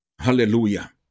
Hallelujah